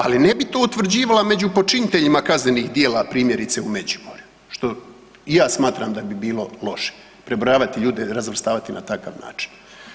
Ali ne bi to utvrđivala među počiniteljima kaznenih djela, primjerice u Međimurju, što i ja smatram da bi bilo loše, prebrojavati ljude, razvrstavati na takav način.